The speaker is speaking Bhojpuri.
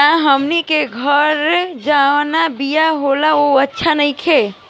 का हमनी के घरे जवन बिया होला उ अच्छा नईखे?